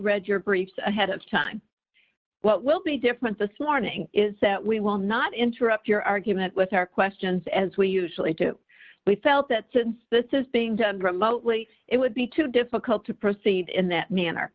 read your brief ahead of time what will be different this morning is that we will not interrupt your argument with our questions as we usually do we felt that since this is being done remotely it would be too difficult to proceed in that manner